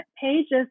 pages